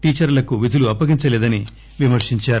టీచర్లకు విధులు అప్పగించలేదని విమర్పించారు